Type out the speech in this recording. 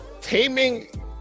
taming